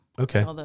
Okay